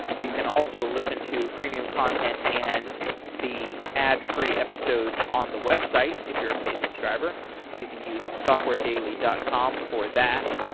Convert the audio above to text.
you can also listen to premium content and the ad free episodes on the website if you're a paid subscriber. so you can use softwaredaily dot com for that.